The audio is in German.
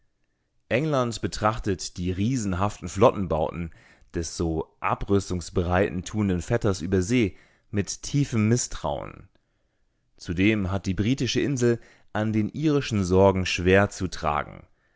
england betrachtet die riesenhaften flottenbauten des so abrüstungsbereit tuenden vetters über see mit tiefem mißtrauen zudem hat die britische insel an den irischen sorgen schwer zu tragen